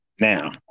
now